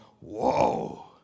whoa